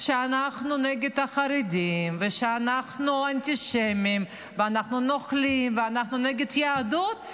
שאנחנו נגד החרדים ושאנחנו אנטישמים ואנחנו נוכלים ואנחנו נגד היהדות,